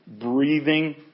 breathing